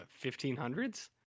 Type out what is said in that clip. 1500s